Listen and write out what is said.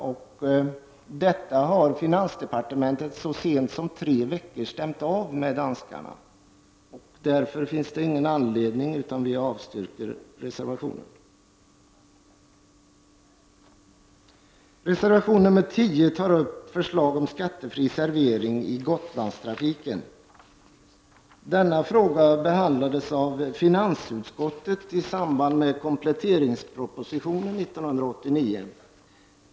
Detta förhållande har finansdepartementet så sent som för tre veckor sedan stämt av med danskarna. Vi avstyrker reservationen. Reservation nr 10 tar upp förslag om skattefri servering i Gotlandstrafiken. Denna fråga behandlades av finansutskottet i samband med kompletteringspropositionen 1989.